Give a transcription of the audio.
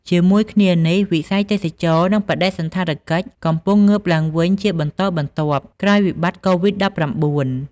ជាមួយគ្នានេះ វិស័យ ទេសចរណ៍ និងបដិសណ្ឋារកិច្ច កំពុងងើបឡើងវិញជាបន្តបន្ទាប់ ក្រោយវិបត្តិកូវីដ-១៩។